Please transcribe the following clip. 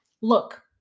Look